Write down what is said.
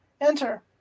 enter